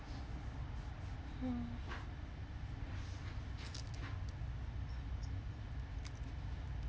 hmm